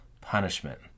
punishment